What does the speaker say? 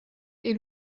est